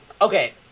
Okay